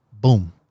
boom